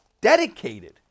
dedicated